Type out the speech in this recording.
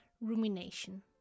rumination